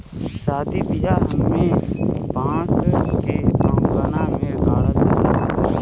सादी बियाह में बांस के अंगना में गाड़ल जाला